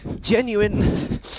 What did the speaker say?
Genuine